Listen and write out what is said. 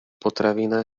potravina